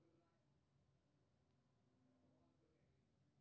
चाय असम केर राजकीय पेय छियै